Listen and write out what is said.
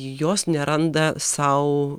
jos neranda sau